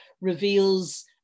reveals